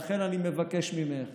לכן אני מבקש ממך